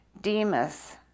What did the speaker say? Demas